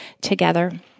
together